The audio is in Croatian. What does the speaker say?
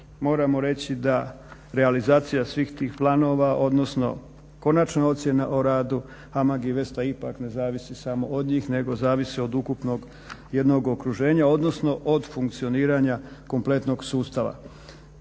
moramo reći da realizacija svih tih planova, odnosno konačne ocjene o radu HAMAG Investa ipak ne zavisi samo od njih nego zavisi od ukupnog jednog okruženja, odnosno od funkcioniranja kompletnog sustava.